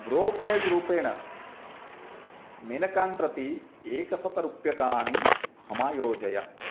brokerage रूपेण मेनकां प्रति एकशतरूप्यकाणि समायोजय